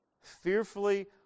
fearfully